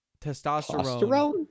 Testosterone